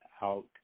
out